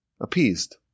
appeased